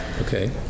okay